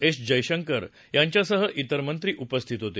S Jaishankar यांच्यासह इतर मंत्री उपस्थित होते